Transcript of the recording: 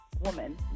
woman